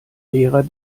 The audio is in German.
lehrer